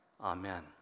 Amen